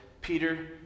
Peter